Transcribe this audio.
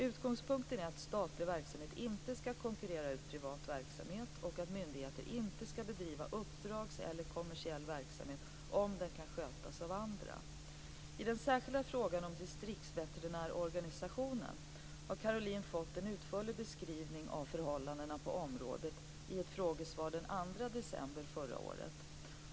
Utgångspunkten är att statlig verksamhet inte skall konkurrera ut privat verksamhet och att myndigheter inte skall bedriva uppdragsverksamhet eller kommersiell verksamhet om den kan skötas av andra. I den särskilda frågan om distriktsveterinärorganisationen har Caroline Hagström fått en utförlig beskrivning av förhållandena på området i ett frågesvar den 2 december förra året.